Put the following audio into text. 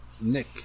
Nick